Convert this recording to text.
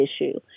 issue